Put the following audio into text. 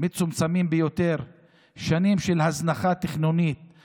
נוכח קיומם של יחסי רגולטור ספק לקוח בינו